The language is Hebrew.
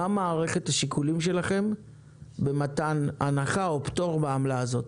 מערכת השיקולים שלכם במתן הנחה או פטור מהעמלה הזאת?